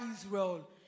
Israel